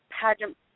pageant